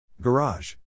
Garage